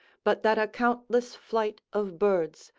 but that a countless flight of birds,